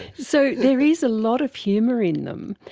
so there is a lot of humour in them.